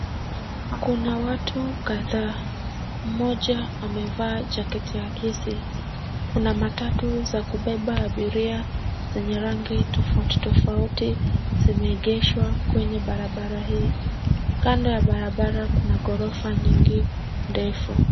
Kuna watu kadhaa. Mmoja amevaa jaketi ya kesi. Kuna matatu za kubeba abiria za rangi tofauti tofauti. Zimeegeshwa kwenye barabara hii. Kando ya barabara kuna ghorofa nyingi ndefu.